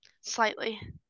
Slightly